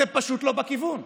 אתם פשוט לא בכיוון.